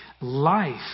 life